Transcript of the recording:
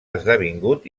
esdevingut